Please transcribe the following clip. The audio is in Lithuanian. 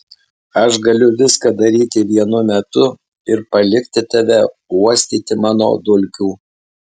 aš galiu viską daryti vienu metu ir palikti tave uostyti mano dulkių